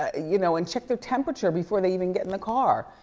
ah you know, and check their temperature before they even get in the car.